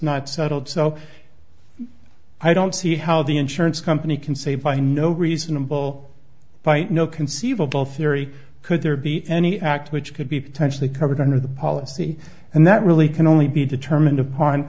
not settled so i don't see how the insurance company can say by no reasonable fight no conceivable theory could there be any act which could be potentially covered under the policy and that really can only be determined upon